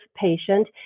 patient